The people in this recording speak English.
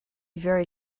very